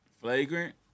Flagrant